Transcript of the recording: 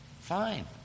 Fine